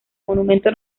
monumento